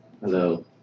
Hello